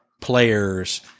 players